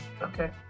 Okay